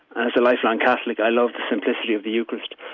as a lifelong catholic, i love the simplicity of the eucharist,